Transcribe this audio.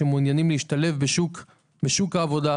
שמעוניינים להשתלב בשוק העבודה.